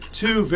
two